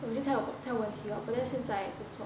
maybe 他有他有问题 lor but then 现在也不错